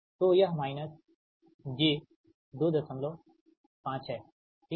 तो यह minus j 25 हैठीक है